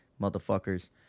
Motherfuckers